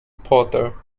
potter